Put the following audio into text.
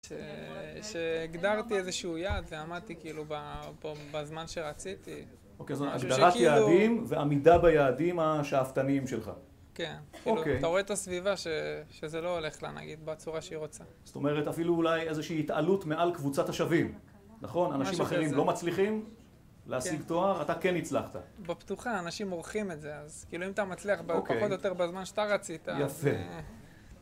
שהגדרתי איזשהו יעד ועמדתי כאילו בזמן שרציתי אוקיי, זאת אומרת הגדרת יעדים ועמידה ביעדים השאפתניים שלך כן, אתה רואה את הסביבה שזה לא הולך לה נגיד בצורה שהיא רוצה זאת אומרת אפילו אולי איזושהי התעלות מעל קבוצת השווים נכון, אנשים אחרים לא מצליחים להשיג תואר, אתה כן הצלחת בפתוחה, אנשים עורכים את זה, אז כאילו אם אתה מצליח בפחות או יותר בזמן שאתה רצית יפה